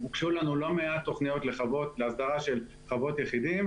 הוגשו לנו לא מעט תוכניות להסדרה של חוות יחידים.